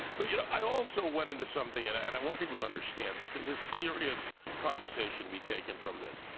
but you know i also went into something and and i want people to understand. this this is a serious conversation to be taken from this.